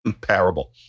parable